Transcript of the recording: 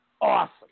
awesome